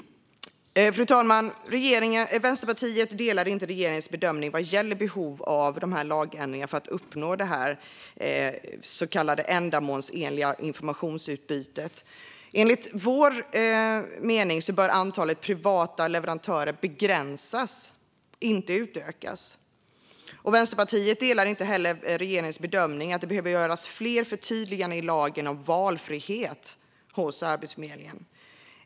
Fru talman! Vi i Vänsterpartiet delar inte regeringens bedömning vad gäller behov av lagändringar för att uppnå detta så kallade ändamålsenliga informationsutbyte. Enligt vår mening bör antalet privata leverantörer begränsas - inte utökas. Vi i Vänsterpartiet delar inte heller regeringens bedömning att det behöver göras fler förtydliganden i lagen om valfrihet hos Arbetsförmedlingen.